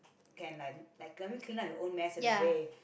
can like like I mean clean up your own mess in a way